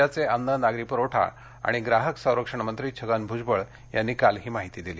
राज्याचे अन्न नागरी पुरवठा आणि ग्राहक संरक्षण मंत्री छगन भुजबळ यांनी काल ही माहिती दिली